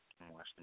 Washington